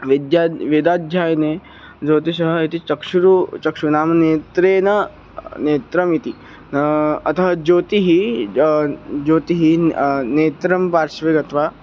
वेदः वेदाध्ययने ज्योतिषः इति चक्षुः चक्षुः नाम नेत्रे नेत्रम् इति अतः ज्योतिः ज्योतिः नेत्रस्य पार्श्वे गत्वा